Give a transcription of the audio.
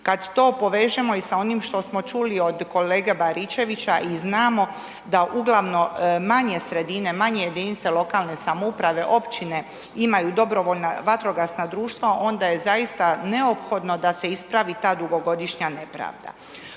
Kad to povežemo i sa onim što smo čuli od kolege Baričevića i znamo da uglavnom manje sredine, manje jedinice lokalne samouprave, općine imaju dobrovoljna vatrogasna društva onda je zaista neophodno da se ispravi ta dugogodišnja nepravda.